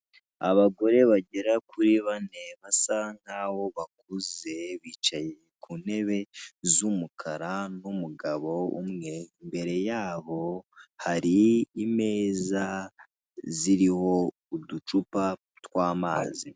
Abagore bagera kuri bane basa nkaho bakuze, bicaye ku ntebe z'umukara n'umugabo umwe, imbere yaboho hari imeza ziriho uducupa tw'amazi.